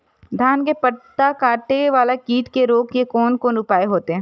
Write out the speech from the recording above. धान के पत्ता कटे वाला कीट के रोक के कोन उपाय होते?